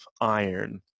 iron